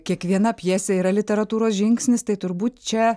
kiekviena pjesė yra literatūros žingsnis tai turbūt čia